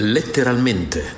Letteralmente